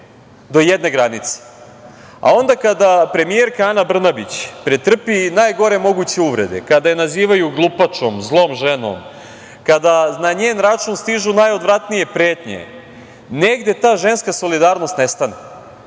do jedne granice, a onda kada premijerka Ana Brnabić pretrpi najgore moguće uvrede, kada je nazivaju glupačom, zlom ženom, kada na njen račun stižu najodvratnije pretnje, negde ta ženska solidarnost nestane